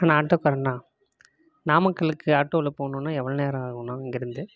அண்ணா ஆட்டோக்காரண்ணா நாமக்கலுக்கு ஆட்டோவில் போகணுன்னா எவ்வளோ நேரம் ஆகுண்ணா இங்கிருந்து